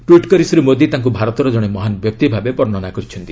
tweet କରି ଶ୍ରୀ ମୋଦି ତାଙ୍କ ଭାରତର ଜଣେ ମହାନ୍ ବ୍ୟକ୍ତି ଭାବେ ବର୍ଷ୍ଣନା କରିଛନ୍ତି